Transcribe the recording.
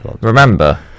Remember